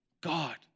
God